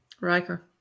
Riker